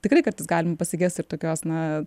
tikrai kartais galim pasigest ir tokios na